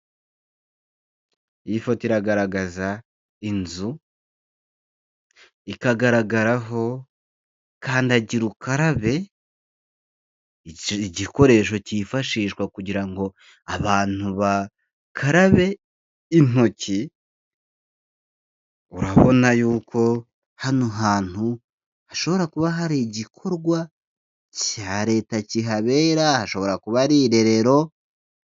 Iyi foto iragaragaza inzu, ikagaragaraho kandagira ukarabe igikoresho cyifashishwa kugira ngo abantu bakarabe intoki, urabona yuko hano hantu hashobora kuba hari igikorwa cya leta kihabera hashobora kuba ari irerero.